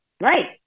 Right